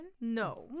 No